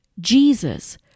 Jesus